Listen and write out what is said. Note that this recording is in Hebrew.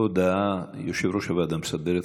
הודעה ליושב-ראש הוועדה המסדרת,